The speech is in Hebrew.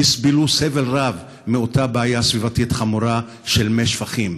יסבלו סבל רעב מאותה בעיה סביבתית חמורה של מי שפכים.